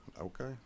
Okay